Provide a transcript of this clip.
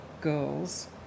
girls